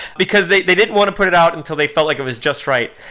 because they they didn't want to put it out until they felt like it was just right.